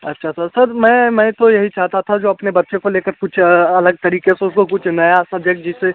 अच्छा तो सर मैं मैं तो यही चाहता था जो अपने बच्चे को ले कर कुछ अलग तरीके से उसको कुछ नया सब्जेक्ट जिससे